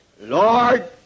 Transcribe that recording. Lord